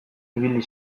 ibili